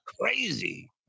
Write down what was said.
Crazy